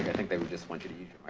i think they would just want you to use